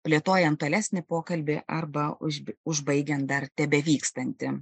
plėtojant tolesnį pokalbį arba už bai užbaigiant dar tebevykstantį